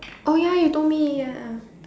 oh ya you told me ya